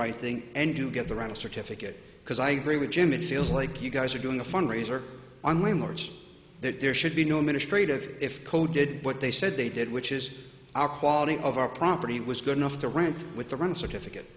right thing and do get around a certificate because i agree with jim it feels like you guys are doing a fundraiser on landlords that there should be no ministry that if co did what they said they did which is our quality of our property was good enough to rant with the run certificate